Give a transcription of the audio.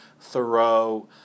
Thoreau